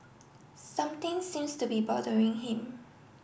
something seems to be bothering him